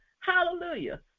Hallelujah